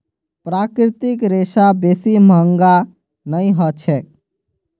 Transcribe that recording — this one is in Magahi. प्राकृतिक रेशा बेसी महंगा नइ ह छेक